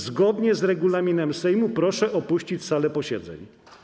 Zgodnie z regulaminem Sejmu proszę opuścić salę posiedzeń.